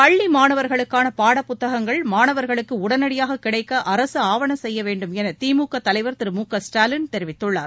பள்ளி மாணவர்களுக்கான பாடப்புத்தகங்கள் மாணவர்களுக்கு உடனடியாக கிடைக்க அரசு ஆவன செய்ய வேண்டுமென திமுக தலைவர் திரு மு க ஸ்டாலின் தெரிவித்துள்ளார்